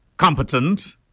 Competent